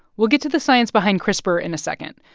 we'll get to the science behind crispr in a second.